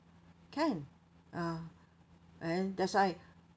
can ah and that's why